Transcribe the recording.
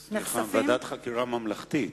סליחה, ועדת חקירה ממלכתית.